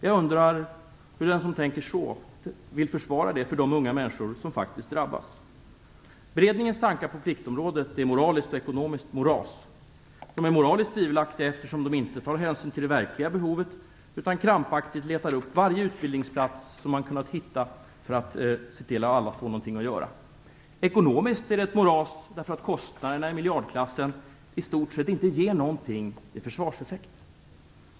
Jag undrar hur den som tänker så vill försvara det för de unga människor som faktiskt drabbas. Beredningens tankar på pliktområdet är ett moraliskt och ekonomiskt moras. De är moraliskt tvivelaktiga, eftersom de inte tar hänsyn till det verkliga behovet utan forcerat letar upp varje utbildningsplats som kan uppbringas, för att se till att alla får någonting att göra. Ekonomiskt är det ett moras därför att kostnaderna i miljardklassen i stort sett inte ger någonting i försvarseffekt.